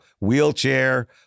wheelchair